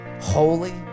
holy